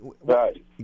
Right